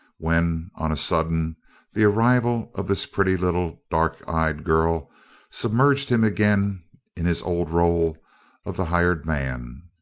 when on a sudden the arrival of this pretty little dark-eyed girl submerged him again in his old role of the hired man.